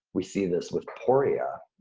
we see this with poria,